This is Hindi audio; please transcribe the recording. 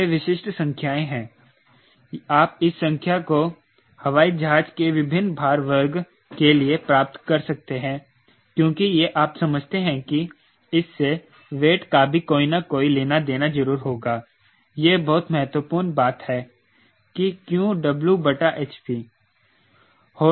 वे विशिष्ट संख्या हैं आप इस संख्या को हवाई जहाज के विभिन्न भार वर्ग के लिए प्राप्त कर सकते हैं क्योंकि यह आप समझते हैं कि इससे वेट का भी कोई ना कोई लेना देना जरूर होगा यह बहुत महत्वपूर्ण बात है की क्यों W बटा hp